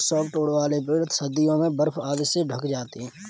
softwood वाले पेड़ सर्दियों में बर्फ आदि से ढँक जाते हैं